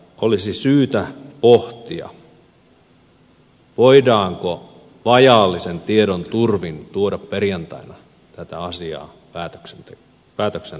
olisi syytä pohtia voidaanko vajallisen tiedon turvin tuoda perjantaina tämä asia päätöksen alaiseksi